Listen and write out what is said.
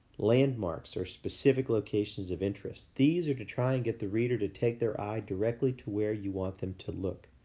landmarks are specific locations of interest. these are to try and get the reader to take their eye directly to where you want them to look.